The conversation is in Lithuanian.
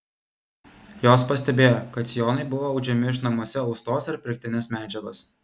jos pastebėjo kad sijonai buvo audžiami iš namuose austos ar pirktinės medžiagos